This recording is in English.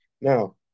Now